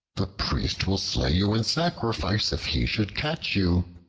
the priest will slay you in sacrifice, if he should catch you.